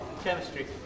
Chemistry